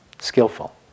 skillful